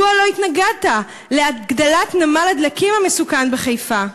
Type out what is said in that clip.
מדוע לא התנגדת להקמת נמל הדלקים המסוכן בחיפה?